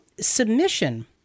submission